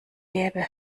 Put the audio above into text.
gäbe